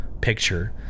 picture